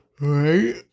Right